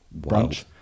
brunch